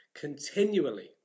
continually